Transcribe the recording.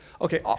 okay